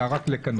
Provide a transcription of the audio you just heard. אפשר רק לקנא.